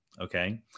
okay